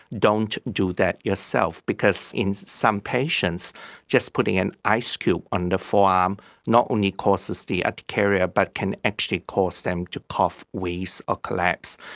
don't do that yourself because in some patients just putting an ice cube and forearm not only causes the urticaria but can actually cause them to cough, wheeze or collapse.